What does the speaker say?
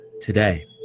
today